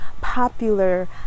popular